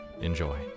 Enjoy